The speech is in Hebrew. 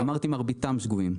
אמרתי שמרביתם שגויים.